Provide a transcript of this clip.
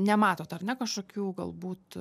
nematot ar ne kažkokių galbūt